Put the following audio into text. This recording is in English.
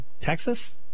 Texas